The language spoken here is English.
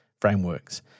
frameworks